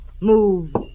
Move